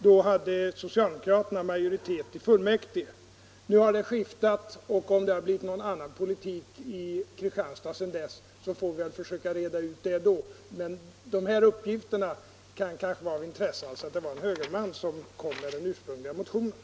Då hade socialdemokraterna majoritet i fullmäktige. Nu har det skiftat, och om det blivit någon annan politik i Kristianstad sedan dess får vi väl försöka reda ut senare. Men uppgiften att det var en högerman som väckte den ursprungliga motionen kan kanske vara av intresse.